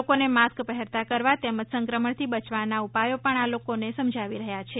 લોકોને માસ્ક પહેરતા કરવા તેમજ સંક્રમણથી બચવાના ઉપાયો પણ આ લોકો સમજાવી રહ્યા છે